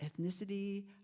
ethnicity